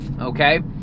Okay